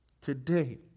today